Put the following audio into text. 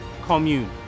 commune